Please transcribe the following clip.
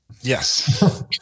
yes